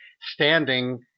standing